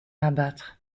abattre